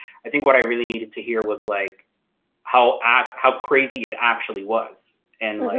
i think what i really needed to hear was like how ah how crazy it actually was, and like